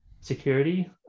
security